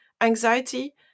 anxiety